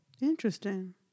Interesting